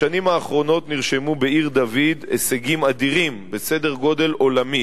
בשנים האחרונות נרשמו בעיר-דוד הישגים אדירים בסדר-גודל עולמי